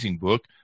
book